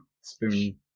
spoon